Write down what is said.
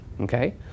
Okay